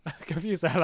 confused